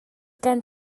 gen